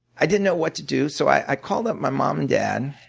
i didn't know what to do so i called up my mom and dad.